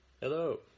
Hello